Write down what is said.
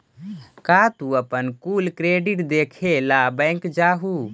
का तू अपन कुल क्रेडिट देखे ला बैंक जा हूँ?